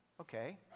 Okay